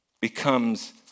becomes